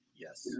Yes